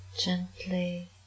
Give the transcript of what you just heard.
gently